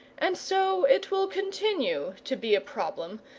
and so it will continue to be a problem,